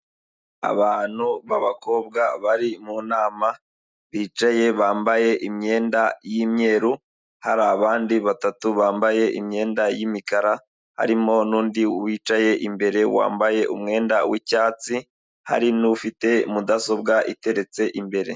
Abantu b'abakobwa bari mu nama, bicaye bambaye imyenda y'imyeru, hari abandi batatu bambaye imyenda y'imikara, harimo n'undi wicaye imbere wambaye umwenda w'icyatsi, hari n'ufite mudasobwa iteretse imbere.